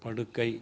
படுக்கை